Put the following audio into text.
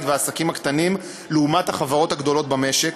והעסקים הקטנים לעומת החברות הגדולות במשק,